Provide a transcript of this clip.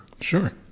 Sure